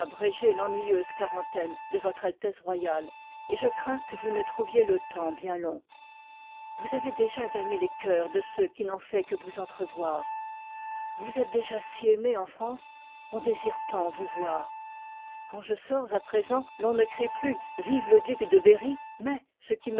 l'ennuyeuse quarantaine de votre altesse royale et je crains que vous ne trouviez le temps bien long vous avez déjà gagné les cœurs de ceux qui n'ont fait que vous entrevoir vous êtes déjà si aimée en france on désire tant vous voir quand je sors à présent l'on ne crie plus jive le duc de berrj mais ce qui